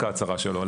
לא רק ההצהרה שלו.